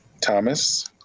Thomas